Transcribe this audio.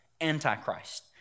Antichrist